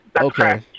Okay